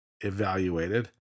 evaluated